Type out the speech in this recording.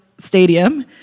stadium